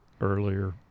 earlier